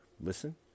listen